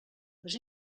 les